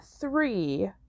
three